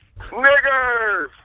Niggers